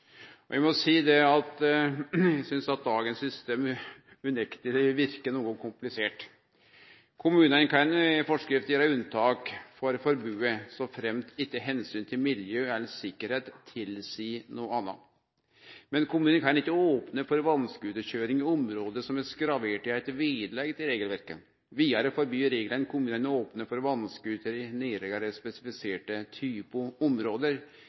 raskt. Eg synest at dagens system unekteleg verkar noko komplisert. Kommunane kan i forskrift gjere unntak frå forbodet, såframt ikkje omsynet til miljø eller sikkerheit tilseier noko anna, men kommunane kan ikkje opne for vass-scooterkøyring i område som er skravert i eit vedlegg til regelverket. Vidare forbyr reglane kommunane å opne for vass-scooter i nærare spesifiserte type område